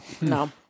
No